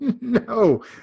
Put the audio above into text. No